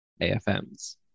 AFMs